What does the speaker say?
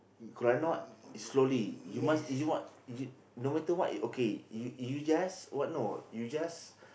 could I not slowly you must you must you no matter what you okay you you just what no you just